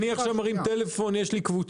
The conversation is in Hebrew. אני עכשיו מרים טלפון לקבוצה,